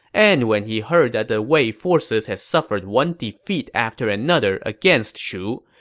and when he heard that the wei forces had suffered one defeat after another against shu,